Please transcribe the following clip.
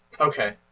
Okay